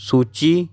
ਸੂਚੀ